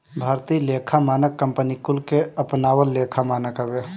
भारतीय लेखा मानक कंपनी कुल के अपनावल लेखा मानक हवे